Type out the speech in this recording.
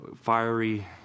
fiery